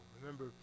Remember